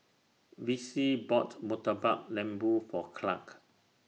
Vicie bought Murtabak Lembu For Clarke